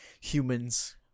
humans